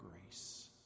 grace